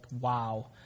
wow